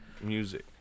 music